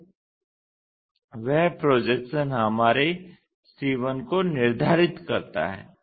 तो वह प्रोजेक्शन हमारे c1 को निर्धारित करता है